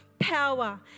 Power